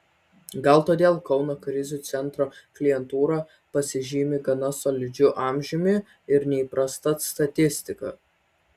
gal todėl kauno krizių centro klientūra pasižymi gana solidžiu amžiumi ir neįprasta statistika